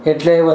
એટલે વધી